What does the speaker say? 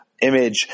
image